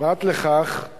פרט לכך, יש